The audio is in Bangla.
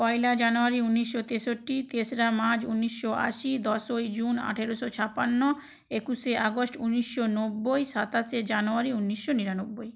পয়লা জানুয়ারি উনিশশো তেষট্টি তেসরা মার্চ উনিশশো আশি দশই জুন আঠেরোশো ছাপান্ন একুশে আগস্ট উনিশশো নব্বই সাতাশে জানুয়ারি উনিশশো নিরানব্বই